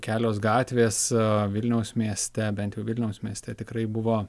kelios gatvės vilniaus mieste bent jau vilniaus mieste tikrai buvo